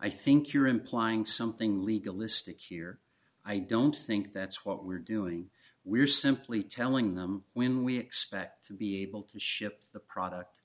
i think you're implying something legal list akure i don't think that's what we're doing we're simply telling them when we expect to be able to ship the product